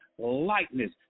lightness